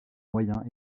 moyen